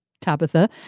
Tabitha